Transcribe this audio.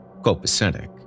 copacetic